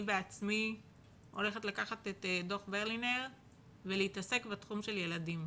אני בעצמי הולכת לקחת את דו"ח ברלינר ולהתעסק בתחום של ילדים.